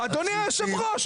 על סעיפים --- אדוני היושב ראש,